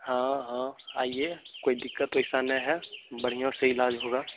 हाँ हाँ आइए कोई दिक्कत ऐसा नहीं है बढ़िया से इलाज होगा